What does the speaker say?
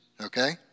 Okay